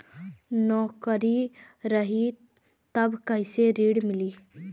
नौकरी रही त कैसे ऋण मिली?